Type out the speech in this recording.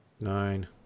Nine